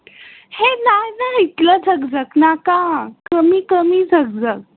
हें ना ना इतलो झग झग नाका कमी कमी झग झग